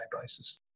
basis